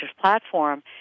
platform